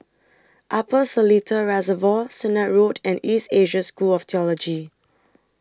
Upper Seletar Reservoir Sennett Road and East Asia School of Theology